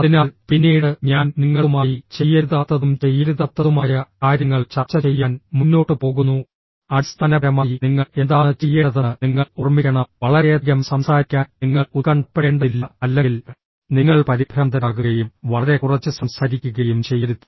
അതിനാൽ പിന്നീട് ഞാൻ നിങ്ങളുമായി ചെയ്യരുതാത്തതും ചെയ്യരുതാത്തതുമായ കാര്യങ്ങൾ ചർച്ച ചെയ്യാൻ മുന്നോട്ട് പോകുന്നു അടിസ്ഥാനപരമായി നിങ്ങൾ എന്താണ് ചെയ്യേണ്ടതെന്ന് നിങ്ങൾ ഓർമ്മിക്കണം വളരെയധികം സംസാരിക്കാൻ നിങ്ങൾ ഉത്കണ്ഠപ്പെടേണ്ടതില്ല അല്ലെങ്കിൽ നിങ്ങൾ പരിഭ്രാന്തരാകുകയും വളരെ കുറച്ച് സംസാരിക്കുകയും ചെയ്യരുത്